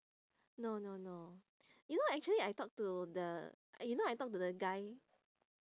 no no no you know actually I talk to the you know I talk to the guy